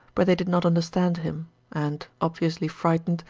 but they did not understand him and, obviously frightened,